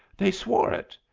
they swore it.